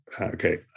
okay